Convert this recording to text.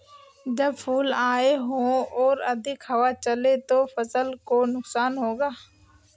जब फूल आए हों और अधिक हवा चले तो फसल को नुकसान होगा?